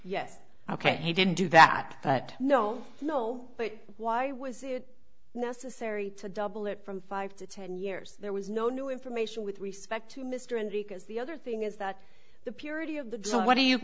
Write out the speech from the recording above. yes ok he didn't do that but no no but why was it necessary to double it from five to ten years there was no new information with respect to mr and because the other thing is that the purity of the design what do you